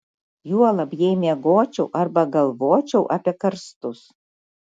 juolab jei miegočiau arba galvočiau apie karstus